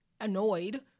annoyed